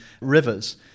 rivers